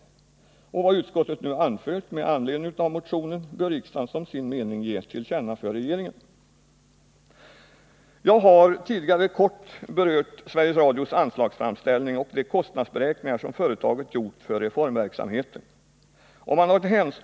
Vad utskottet nu anfört med anledning av motion 1273 bör riksdagen som sin mening ge till känna för regeringen. Jag har tidigare kort berört Sveriges Radios anslagsframställning och de kostnadsberäkningar som företaget gjort för reformverksamheten.